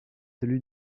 celui